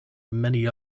many